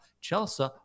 Chelsea